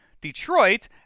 Detroit